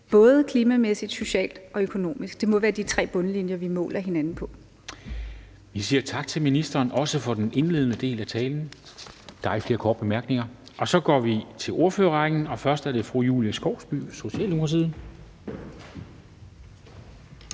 både klimamæssigt, socialt og økonomisk. Det må være de tre bundlinjer, vi måler hinanden på. Kl. 11:15 Formanden (Henrik Dam Kristensen): Vi siger tak til ministeren, også for den indledende del af talen. Der er ikke flere korte bemærkninger. Så går vi til ordførerrækken, og først er det fru Julie Skovsby, Socialdemokratiet.